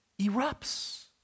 erupts